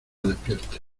despiertes